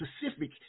specific